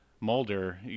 Mulder